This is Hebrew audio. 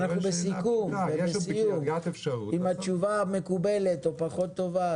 אם התשובה מקובלת או פחות טובה